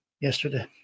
yesterday